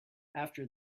after